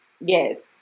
yes